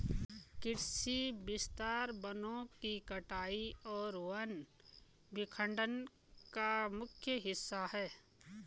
कृषि विस्तार वनों की कटाई और वन विखंडन का मुख्य हिस्सा है